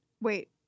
wait